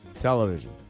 television